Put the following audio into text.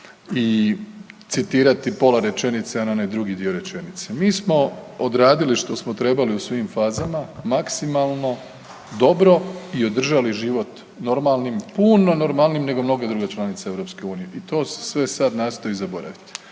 i citirati pola rečenice, a ne onaj drugi dio rečenice. Mi smo odradili što smo trebali u svim fazama maksimalno dobro i održali život normalnim, puno normalnijim nego mnoge druge članice Europske unije i to se sve sada nastoji zaboraviti.